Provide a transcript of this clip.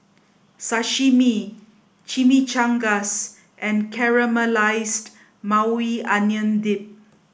Sashimi Chimichangas and Caramelized Maui Onion Dip